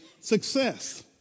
success